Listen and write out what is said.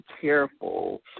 careful